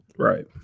Right